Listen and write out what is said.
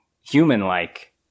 human-like